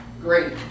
Great